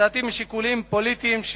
ולדעתי משיקולים פוליטיים,